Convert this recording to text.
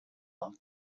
look